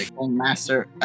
master